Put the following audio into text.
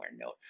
note